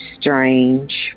strange